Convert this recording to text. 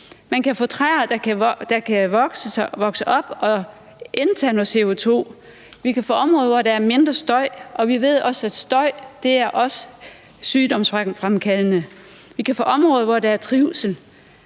Vi kan få træer, der kan vokse op og omdanne noget CO₂. Vi kan få områder, hvor der er mindre støj, og vi ved, at støj også er sygdomsfremkaldende. Vi kan få områder, hvor der er trivsel.